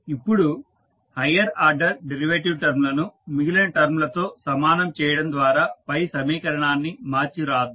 ఇప్పుడు higher order derivative term లను మిగిలిన టర్మ్ లతో సమానం చేయడం ద్వారా పై సమీకరణాన్ని మార్చి రాద్దాం